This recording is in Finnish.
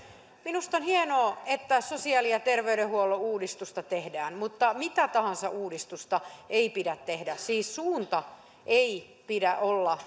minusta on hienoa että sosiaali ja terveydenhuollon uudistusta tehdään mutta mitä tahansa uudistusta ei pidä tehdä siis suunnan ei pidä olla